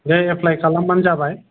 दे apply खालामबान जाबाय